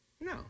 No